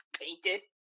painted